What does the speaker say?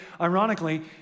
Ironically